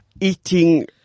eating